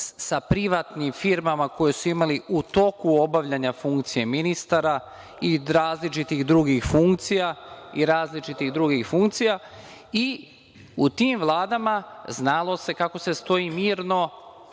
sa privatnim firmama koje su imali u toku obavljanja funkcije ministara i različitih drugih funkcija, i u tim vladama znalo se kako se stoji mirno